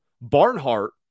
Barnhart